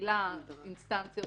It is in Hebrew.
ממילא אינסטנציות